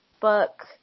book